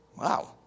Wow